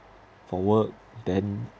for work then